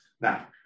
Now